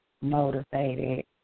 motivated